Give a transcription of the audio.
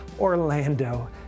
Orlando